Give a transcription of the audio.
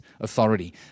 authority